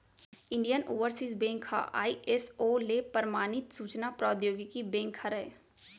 Indian Overseas bank ह ISO ले परमानित सूचना प्रौद्योगिकी बेंक हरय